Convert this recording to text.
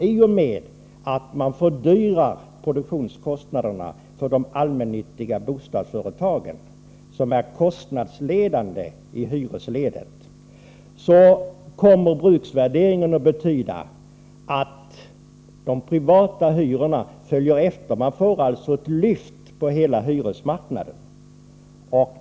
I och med att man fördyrar produktionskostnaderna för de allmännyttiga bostadsföretagen som är kostnadsledande i hyresledet, kommer nämligen bruksvärderingen att betyda att de privata hyrorna följer efter. Man får alltså en höjning på hela hyresmarknaden.